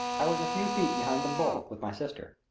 i was a few feet behind them both, with my sister.